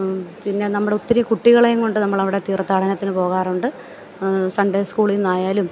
പിന്നെ നമ്മൾ ഒത്തിരി കുട്ടികളെയും കൊണ്ട് നമ്മൾ അവിടെ തീർത്ഥാടനത്തിന് പോകാറുണ്ട് സൺഡേ സ്കൂളീന്നായാലും